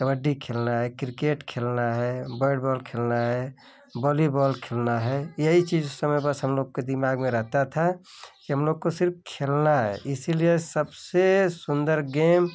कबड्डी खेलना है किर्केट खेलना है बैड बॉल खेलना है वॉलीबॉल खेलना है यही चीज उस समय बस हम लोग के दिमाग रहता था कि हम लोग को सिर्फ खेलना है इसलिए सबसे सुन्दर गेम